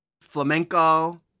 Flamenco